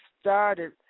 started